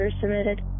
submitted